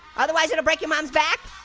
otherwise it'll break your mom's back?